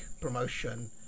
promotion